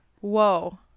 Whoa